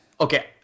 Okay